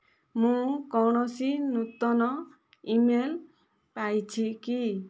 ମୁଁ କୌଣସି ନୂତନ ଇମେଲ ପାଇଛି କି